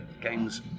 games